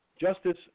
Justice